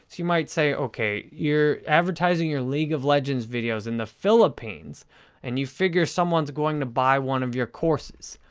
you might say, okay, you're advertising your league of legends videos in the philippines and you figure someone's going to buy one of your courses?